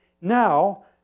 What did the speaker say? Now